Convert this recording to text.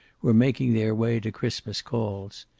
were making their way to christmas calls.